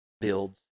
builds